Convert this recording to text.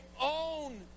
own